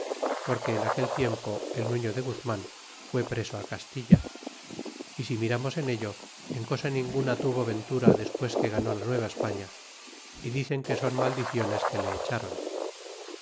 porque en aquel tiempo el nuño de guzman fué preso lt castilla y si miramos en ello en cosa ninguna tuvo ventura despues que ganó la nueva españa y dicen que son maldiciones que le echaron